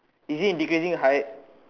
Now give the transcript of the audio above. is it in decreasing heights